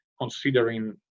considering